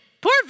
poor